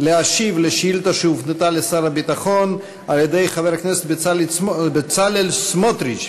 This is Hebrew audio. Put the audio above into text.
להשיב על שאילתה שהופנתה לשר הביטחון על-ידי חבר הכנסת בצלאל סמוטריץ,